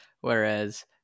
Whereas